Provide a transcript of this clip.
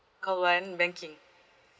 call one banking